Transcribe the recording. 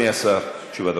שיהיו לנו